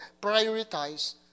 prioritize